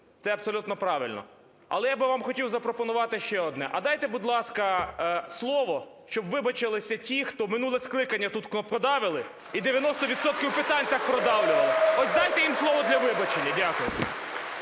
це абсолютно правильно. Але я би вам хотів запропонувати ще одне. А дайте, будь ласка, слово, щоб вибачилися ті, хто минуле скликання тут кнопкодавили і 90 відсотків питань так продавлювали. Ось дайте їм слово для вибачення. Дякую.